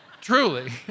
Truly